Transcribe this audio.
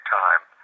time